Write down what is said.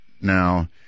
now